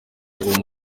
uwo